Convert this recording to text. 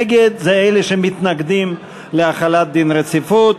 נגד זה אלה שמתנגדים להחלת דין רציפות.